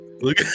Look